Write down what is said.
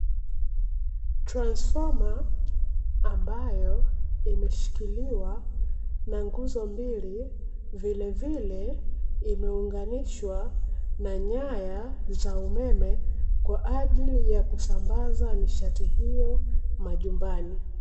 Transifoma ambayo imeshikiliwa na nguzo mbili, vilevile imeunganishwa na nyaya za umeme, kwa ajili ya kusambaza nishati hiyo majumbani.